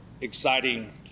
exciting